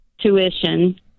tuition